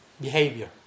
behavior